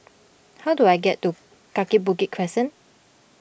how do I get to Kaki Bukit Crescent